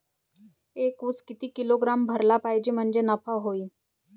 एक उस किती किलोग्रॅम भरला पाहिजे म्हणजे नफा होईन?